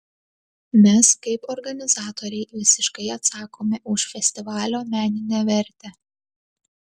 mes kaip organizatoriai visiškai atsakome už festivalio meninę vertę